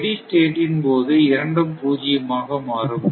study ஸ்டேட்டின் போது இரண்டும் பூஜ்யமாக மாறும்